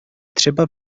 třeba